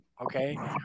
okay